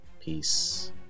Peace